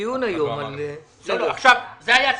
זה היה סעיף.